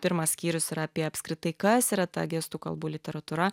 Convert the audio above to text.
pirmas skyrius yra apie apskritai kas yra ta gestų kalbų literatūra